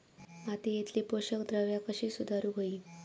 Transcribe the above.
मातीयेतली पोषकद्रव्या कशी सुधारुक होई?